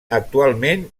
actualment